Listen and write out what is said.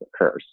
occurs